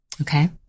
Okay